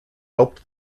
helped